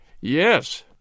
Yes